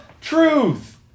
Truth